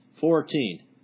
fourteen